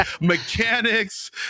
mechanics